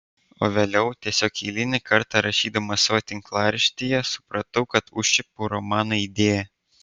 o vėliau tiesiog eilinį kartą rašydamas savo tinklaraštyje supratau kad užčiuopiau romano idėją